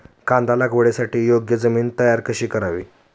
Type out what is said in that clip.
कांदा लागवडीसाठी योग्य जमीन तयार कशी करावी?